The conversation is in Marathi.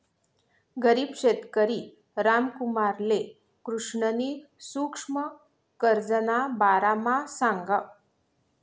गरीब शेतकरी रामकुमारले कृष्णनी सुक्ष्म कर्जना बारामा सांगं